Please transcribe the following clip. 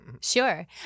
Sure